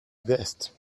zest